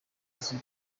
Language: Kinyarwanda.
nzu